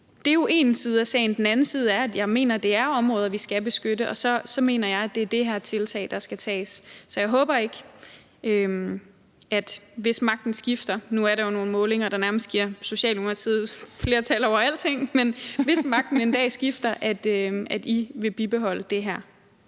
det er jo en side af sagen. Den anden side af sagen er, at jeg mener, at det er områder, vi skal beskytte, og så mener jeg, at det er det her tiltag, der skal til. Så hvis magten en dag skifter – nu er der jo nogle målinger, der nærmest giver Socialdemokratiet flertal i forhold til alting – håber jeg, at I vil bibeholde det her.